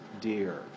dear